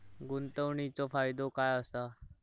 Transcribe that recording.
गुंतवणीचो फायदो काय असा?